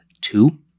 Two